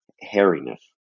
hairiness